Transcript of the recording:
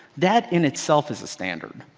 that in itself is a standard,